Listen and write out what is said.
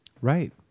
Right